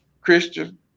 Christian